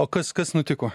o kas kas nutiko